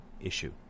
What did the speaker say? issue